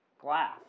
glass